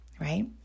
right